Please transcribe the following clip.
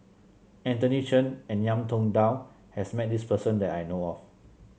Anthony Chen and Ngiam Tong Dow has met this person that I know of